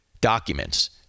documents